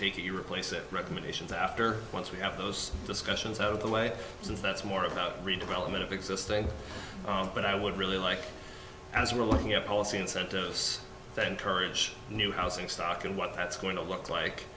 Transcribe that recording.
the replace it recommendations after once we have those discussions out of the way so that's more about redevelopment of existing but i would really like as we're looking at policy incentives to encourage new housing stock and what that's going to look like